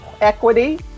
equity